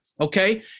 okay